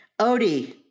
Odie